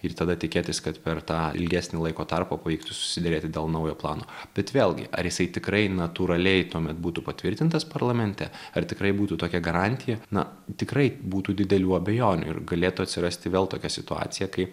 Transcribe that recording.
ir tada tikėtis kad per tą ilgesnį laiko tarpą pavyktų susiderėti dėl naujo plano bet vėlgi ar jisai tikrai natūraliai tuomet būtų patvirtintas parlamente ar tikrai būtų tokia garantija na tikrai būtų didelių abejonių ir galėtų atsirasti vėl tokia situacija kai